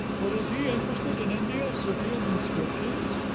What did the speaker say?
but is he interested in indo-scythian inscriptions?